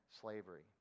slavery